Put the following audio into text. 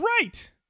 right